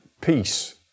peace